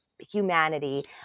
humanity